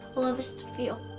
love is to feel.